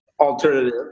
alternative